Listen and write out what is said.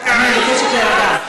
אני מבקשת להירגע.